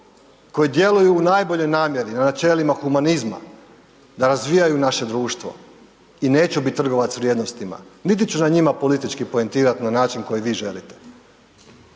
koji djeluju u najboljoj namjeri na načelima humanizma, da razvijaju naše društvo i neću biti trgovac vrijednostima niti ću na njima politički poentirat na način koji vi želite.